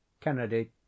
Kennedy